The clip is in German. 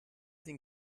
den